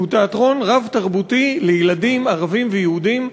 שהוא תיאטרון רב-תרבותי לילדים ערבים ויהודים,